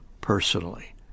personally